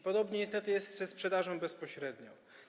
Podobnie niestety jest ze sprzedażą bezpośrednią.